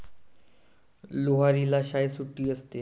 लोहरीला शाळेत सुट्टी असते